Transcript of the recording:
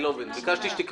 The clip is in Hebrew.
שזה לא יהיה כל תאגיד.